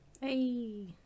Hey